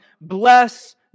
bless